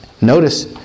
Notice